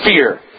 fear